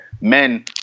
men